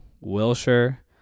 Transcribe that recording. Wilshire